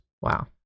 wow